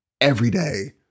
everyday